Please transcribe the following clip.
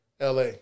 LA